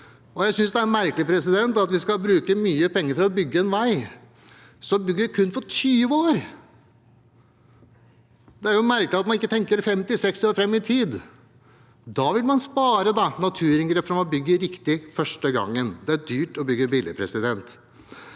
Jeg synes det er merkelig at når vi skal bruke mye penger på å bygge en vei, bygger vi kun for 20 år. Det er merkelig at man ikke tenker 50–60 år fram i tid. Da ville man spare naturinngrep fordi man bygger riktig første gangen. Det er dyrt å bygge billig. Jeg